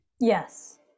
Yes